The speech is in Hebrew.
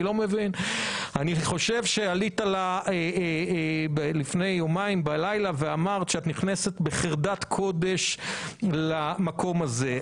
אני חושב שלפני יומיים עלית אלי אמרת שאת נכנסת בחרדת קודש למקום הזה.